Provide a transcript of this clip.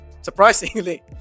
Surprisingly